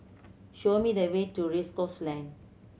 show me the way to Race Course Lane